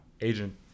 agent